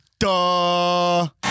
duh